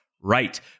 right